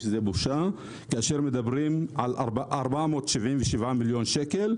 כאשר מדברים על 477 מיליון שקל,